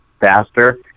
faster